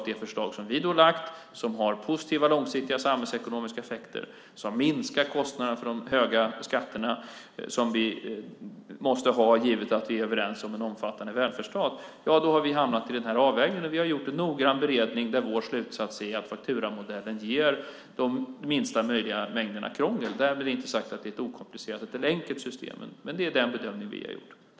Det förslag som vi har lagt fram har positiva, långsiktiga samhällsekonomiska effekter som minskar kostnaderna för de höga skatter som vi måste ha givet att vi är överens om en omfattande välfärdsstat. Vi har hamnat i den här avvägningen. Vi har gjort en noggrann beredning där vår slutsats är att fakturamodellen ger minsta möjliga krångel. Därmed inte sagt att det är ett okomplicerat eller enkelt system. Det är den bedömning vi har gjort.